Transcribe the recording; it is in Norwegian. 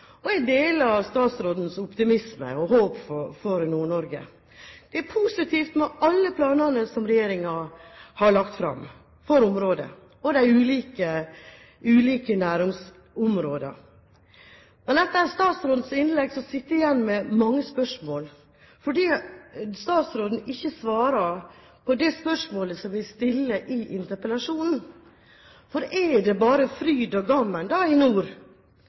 Nord-Norge. Jeg deler statsrådens optimisme og håp for Nord-Norge. Det er positivt med alle planene som regjeringen har lagt fram for området og de ulike næringsområdene. Men etter statsrådens innlegg sitter jeg igjen med mange spørsmål, for statsråden svarer ikke på det spørsmålet som jeg stiller i interpellasjonen. Er det bare fryd og gammen, da, i nord?